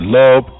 love